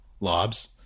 lobs